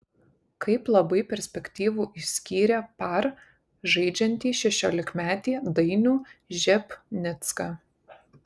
kaip labai perspektyvų išskyrė par žaidžiantį šešiolikmetį dainių žepnicką